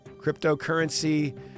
Cryptocurrency